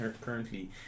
currently